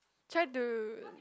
try to